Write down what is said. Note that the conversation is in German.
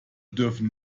dürfen